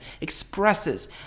expresses